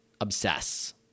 obsess